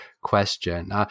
question